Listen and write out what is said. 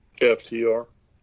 ftr